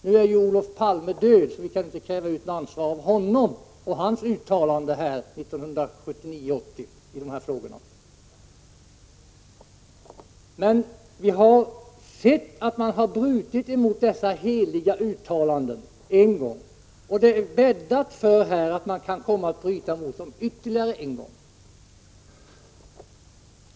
Vi kan ju inte utkräva något ansvar av Olof Palme och hans uttalanden 1979 och 1980 i denna fråga. Men vi har sett att regeringen en gång har brutit mot dessa heliga uttalanden, och det bäddar för 109 att man kan komma att bryta mot dem ytterligare en gång.